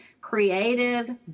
creative